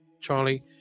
Charlie